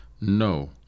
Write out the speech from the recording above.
no